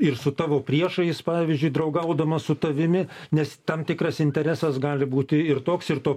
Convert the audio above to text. ir su tavo priešais pavyzdžiui draugaudamas su tavimi nes tam tikras interesas gali būti ir toks ir to